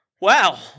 Wow